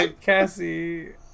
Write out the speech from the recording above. Cassie